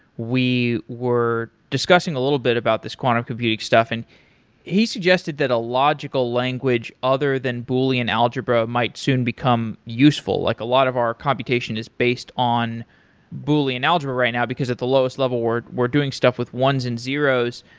we were discussing a little bit about this quantum computing stuff and he suggested that a logical language other than boolean algebra might soon become useful. like a lot of our computation is based on boolean algebra right now because at the lowest level we're doing stuff with ones and zeroes.